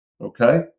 Okay